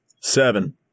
Seven